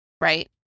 right